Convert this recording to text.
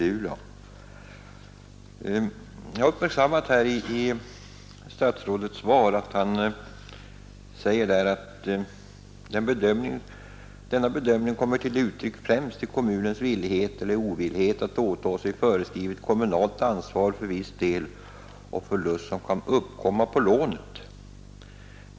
Jag har uppmärksammat vad statsrådet säger i sitt svar: ”Denna bedömning kommer till uttryck främst i kommunens villighet eller ovillighet att åtaga sig föreskrivet kommunalt ansvar för viss del av förlust som kan uppkomma på lånet.